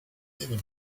even